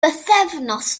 bythefnos